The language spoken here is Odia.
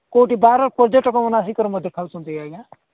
କେଉଁଠି ବାହର ପର୍ଯ୍ୟଟକ ମାନେ ଆସିକରି ମଧ୍ୟ ଖାଉଛନ୍ତି ଆଜ୍ଞା